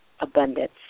abundance